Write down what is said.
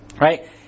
Right